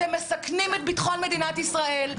אתם מסכנים את ביטחון מדינת ישראל,